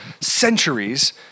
centuries